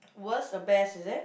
worst or best is it